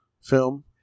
film